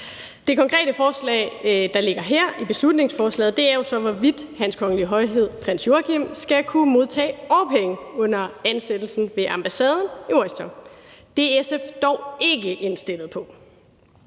Det konkrete forslag, der ligger her i beslutningsforslaget, er jo så, hvorvidt Hans Kongelige Højhed Prins Joachim skal kunne modtage årpenge under ansættelsen ved ambassaden i Washington. Det er SF dog ikke indstillet på.